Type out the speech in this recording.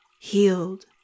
healed